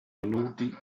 minuti